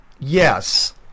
Yes